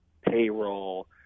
payroll